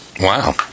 Wow